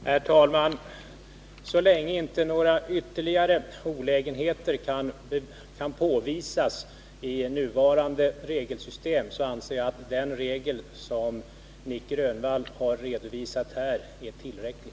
Herr talman! Så länge inte några ytterligare olägenheter kan påvisas i nuvarande regelsystem anser jag att den regel som Nic Grönvall har redovisat här är tillräcklig.